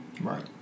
Right